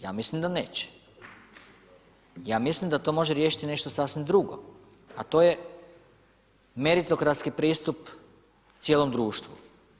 Ja mislim da neće. ja mislim da to može riješiti nešto sasvim drugom, a to je meritokratski pristup cijelom društvu.